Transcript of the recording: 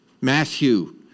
Matthew